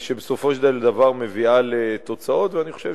וזו בסופו של דבר מביאה תוצאות, אני חושב